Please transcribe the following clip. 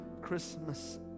Christmas